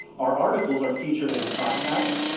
our articles are featured in podcasts,